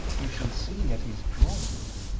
you shall see etty's drawings.